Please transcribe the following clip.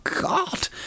god